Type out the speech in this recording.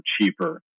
cheaper